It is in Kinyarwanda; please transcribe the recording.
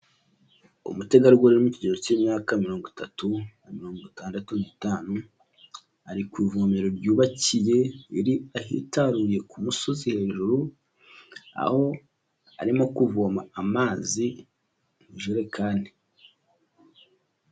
Umutegarugori uri mu kigero cy'imyaka mirongo itatu na mirongo itandatu n'itanu, ari ku ivomero ryubakiye ahitaruye ku musozi hejuru, aho arimo kuvoma amazi mu ijerekani.